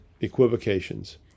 equivocations